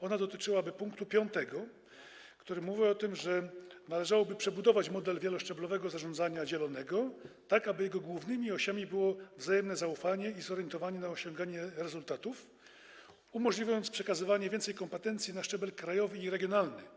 Ona dotyczyłaby pkt 5, który mówi o tym, że należałoby przebudować model wieloszczeblowego zarządzania dzielonego, aby jego głównymi osiami były wzajemne zaufanie i zorientowanie na osiąganie rezultatów umożliwiające przekazywanie więcej kompetencji na szczebel krajowy i regionalny.